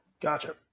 Gotcha